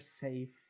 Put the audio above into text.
safe